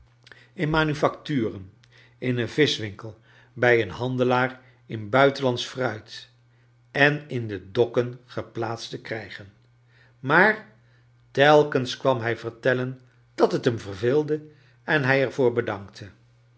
in manufacturen in een visch winkel bij een handelaar in buitenlandsch fruit en in de dokken geplaatst te krijgen maar telkens kwam hij vertellen dat t hem verveelde en hij er voor bedankte